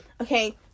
Okay